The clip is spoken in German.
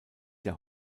der